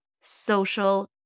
social